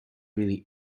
really